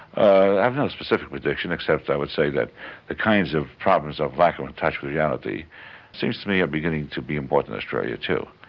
i have no specific prediction except i would say that the kinds of problems of lack of in touch with reality seems to me are beginning to be important in australia too.